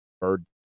bird